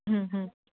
હ હ